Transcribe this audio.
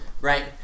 right